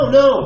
no